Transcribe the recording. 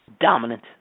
Dominant